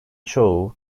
çoğu